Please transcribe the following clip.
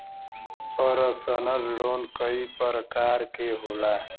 personal loan कई परकार के होला